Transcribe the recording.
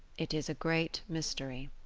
it is a great mystery